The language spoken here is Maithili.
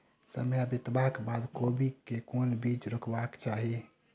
समय बितबाक बाद कोबी केँ के बीज रोपबाक चाहि?